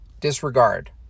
disregard